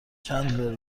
چندلر